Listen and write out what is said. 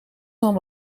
van